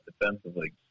defensively